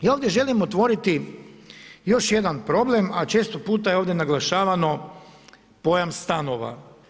Ja ovdje želim otvoriti još jedan problem, a često puta je ovdje naglašavano pojam stanova.